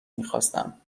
میخواستم